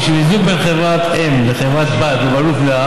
היא שמיזוג בין חברה-אם לבין חברה-בת בבעלות מלאה